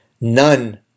none